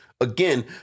again